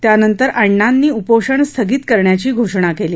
त्यानंतर अण्णांनी उपोषण स्थगित करण्याची घोषणा केली